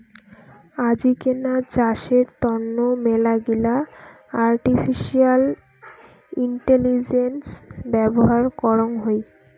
আজিকেনা চাষের তন্ন মেলাগিলা আর্টিফিশিয়াল ইন্টেলিজেন্স ব্যবহার করং হই